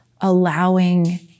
allowing